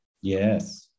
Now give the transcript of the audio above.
Yes